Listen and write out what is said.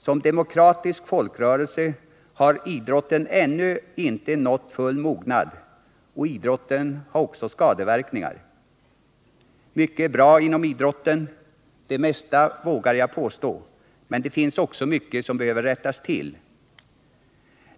Som demokratisk folkrörelse har idrotten ännu inte nått full mognad, och idrotten har också skadeverkningar. Mycket är bra inom idrotten — det mesta vågar jag påstå — men det finns också mycket som behöver rättas till.